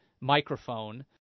microphone